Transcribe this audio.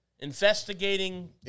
investigating